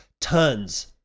tons